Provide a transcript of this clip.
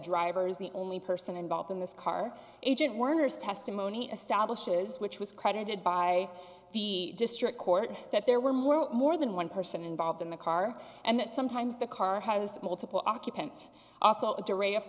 driver's the only person involved in this car agent werner's testimony establishes which was credited by the district court that there were more or more than one person involved in the car and that sometimes the car has multiple occupants also